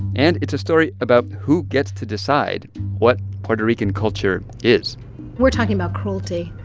and it's a story about who gets to decide what puerto rican culture is we're talking about cruelty.